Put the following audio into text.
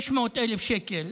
600,000 שקלים,